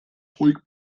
ruhig